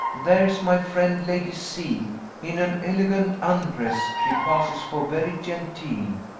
there's my friend lady c in an elegant undress she passes for very genteel,